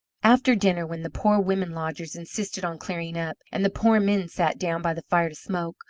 after dinner, when the poor women lodgers insisted on clearing up, and the poor men sat down by the fire to smoke,